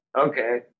Okay